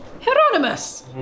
Hieronymus